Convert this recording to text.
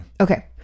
okay